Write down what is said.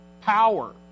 power